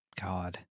God